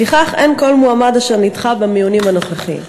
לפיכך אין כל מועמד אשר נדחה במיונים הנוכחיים.